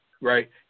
right